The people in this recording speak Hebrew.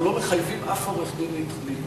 אנחנו לא מחייבים אף עורך-דין להתנדב,